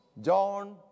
John